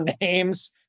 names